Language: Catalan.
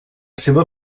seva